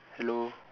hello